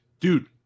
dude